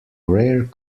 rare